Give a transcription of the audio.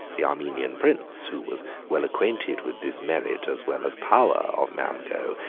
the armenian prince, who was well acquainted with this merit as well as power of mamgo,